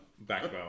backbone